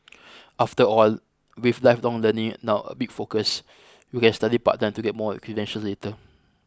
after all with lifelong learning now a big focus you can study part time to get more credentials later